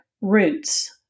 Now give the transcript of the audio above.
Roots